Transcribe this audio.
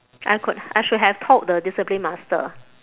I could I should have told the discipline master